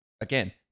again